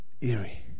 Eerie